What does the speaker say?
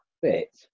fit